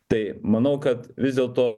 tai manau kad vis dėlto